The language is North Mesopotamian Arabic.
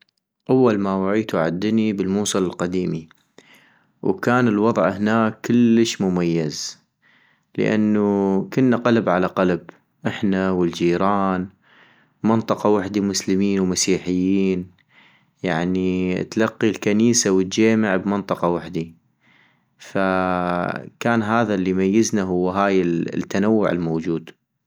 اول ما وعيتو عالدني بالموصل القديمي، وكان الوضع هناك كلش مميز ، لانو كنا قلب على قلب احنا والجيران، منطقة وحدي مسلمين ومسيحيين ، يعني تلقي الكنيسة والجميع بنمطقة وحدي - فكان هذا الي يميزنا هو هاي التنوع الموجود